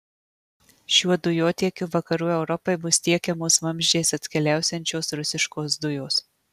šiuo dujotiekiu vakarų europai bus tiekiamos vamzdžiais atkeliausiančios rusiškos dujos